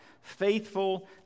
Faithful